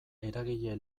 eragile